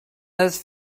ist